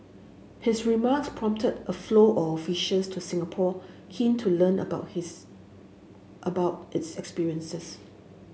his remarks prompted a flow of issues to Singapore keen to learn about his about its experiences